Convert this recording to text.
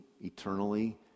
eternally